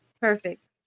perfect